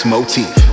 Motif